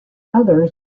others